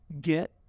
get